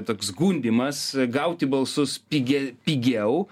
toks gundymas gauti balsus pigia pigiau